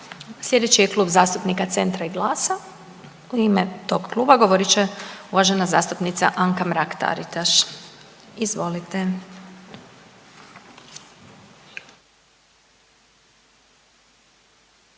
Slijedeći je Klub zastupnika Centra i GLAS-a, u ime tog kluba govorit će uvažena zastupnica Anka Mrak-Taritaš, izvolite.